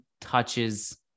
touches